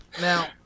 Now